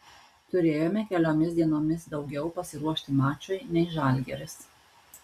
turėjome keliomis dienomis daugiau pasiruošti mačui nei žalgiris